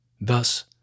Thus